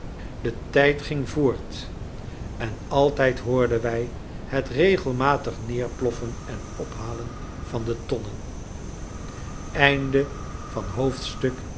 de tijd ging voort en altijd hoorden wij het regelmatig neerploffen en ophalen van de tonnen